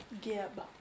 Gib